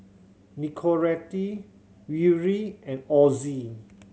Nicorette Yuri and Ozi